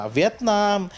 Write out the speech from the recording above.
Vietnam